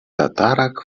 tatarak